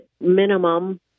minimum